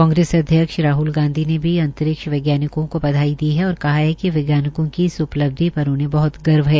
कांग्रेस अध्यक्ष राहल गांधी ने भी अंतरिक्ष वैज्ञानिकों को बधाई दी है और कहा है कि वैज्ञानिकों की इस उपलब्धि पर उन्हें बहत गर्व है